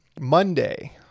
Monday